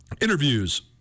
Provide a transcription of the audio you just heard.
interviews